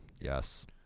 Yes